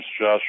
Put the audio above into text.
Josh